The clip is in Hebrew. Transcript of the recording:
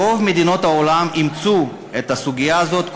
רוב מדינות העולם אימצו את הסוגיה הזאת,